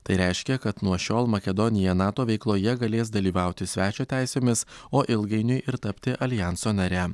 tai reiškia kad nuo šiol makedonija nato veikloje galės dalyvauti svečio teisėmis o ilgainiui ir tapti aljanso nare